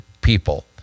people